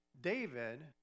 David